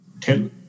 tell